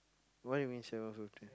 what you mean seven fifteen